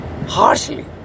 harshly